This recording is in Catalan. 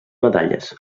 medalles